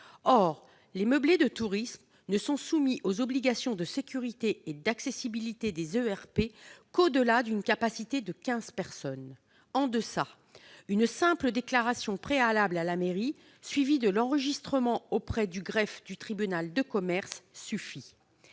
Les meublés de tourisme ne sont soumis aux obligations de sécurité et d'accessibilité des ERP qu'au-delà d'une capacité de quinze personnes. En deçà, une simple déclaration préalable à la mairie suivie de l'enregistrement auprès du greffe du tribunal de commerce suffit.